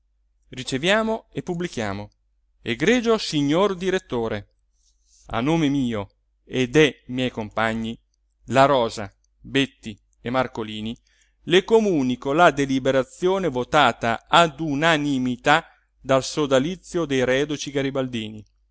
riceviamo e pubblichiamo egregio signor direttore a nome mio e de miei compagni la rosa betti e marcolini le comunico la deliberazione votata ad unanimità dal sodalizio dei reduci garibaldini